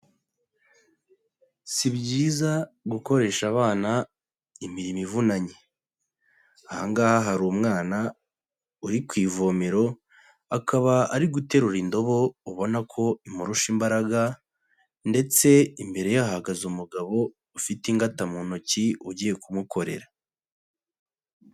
Si byiza gukoresha abana imirimo ivunanye. Aha ngaha hari umwana uri ku ivomero, akaba ari guterura indobo ubona ko imurusha imbaraga ndetse imbere ye hahagaze umugabo ufite ingata mu ntoki ugiye kumukorera.